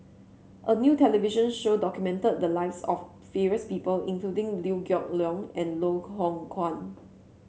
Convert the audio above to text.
a new television show documented the lives of various people including Liew Geok Leong and Loh Hoong Kwan